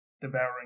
devouring